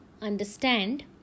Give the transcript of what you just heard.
understand